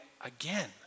again